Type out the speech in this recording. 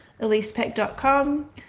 elisepeck.com